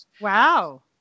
Wow